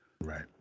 Right